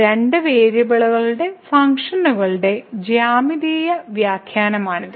രണ്ട് വേരിയബിളുകളുടെ ഫങ്ക്ഷനുകളുടെ ജ്യാമിതീയ വ്യാഖ്യാനമാണിത്